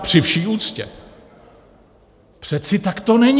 Při vší úctě, přece tak to není!